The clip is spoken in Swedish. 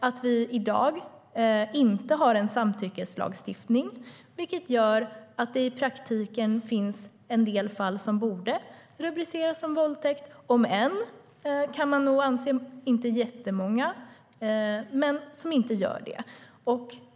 Att vi i dag inte har en samtyckeslagstiftning gör att det i praktiken finns en del fall som borde rubriceras som våldtäkt, om än inte jättemånga, men inte gör det.